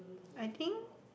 I think